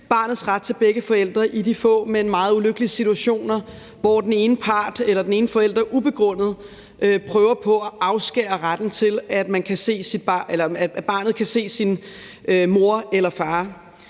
barnets ret til begge forældre i de få, men meget ulykkelige situationer, hvor den ene forælder ubegrundet prøver på at afskære retten til, at barnet kan se sin mor eller far.